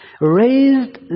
raised